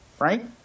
Right